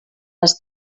les